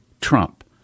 Trump